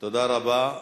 תודה רבה.